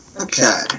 Okay